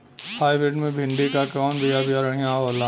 Hybrid मे भिंडी क कवन बिया बढ़ियां होला?